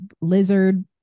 lizard